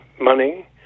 money